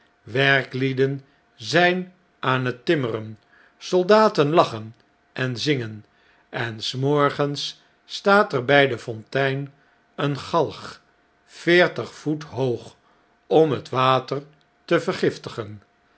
werklieden zjjn aan het timmeren soldaten lachen en zingen en s morgens staat er bjj de fontein eene galg veertig voet hoog om het water te vergiftigen